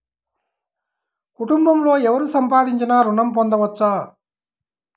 కుటుంబంలో ఎవరు సంపాదించినా ఋణం పొందవచ్చా?